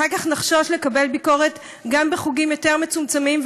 אחר כך נחשוש לומר ביקורת גם בחוגים יותר מצומצמים,